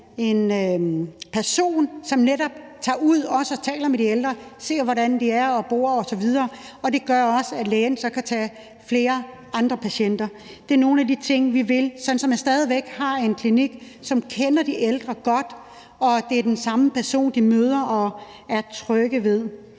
en person, som netop tager ud og taler med de ældre, ser, hvordan de er, hvordan de bor osv., og det gør også, at lægen så kan tage flere andre patienter. Det er nogle af de ting, som vi vil, så man stadig væk har en klinik, som kender de ældre godt, og så det er den samme person, de møder og er trygge ved.